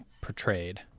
portrayed